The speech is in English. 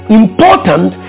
important